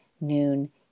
noon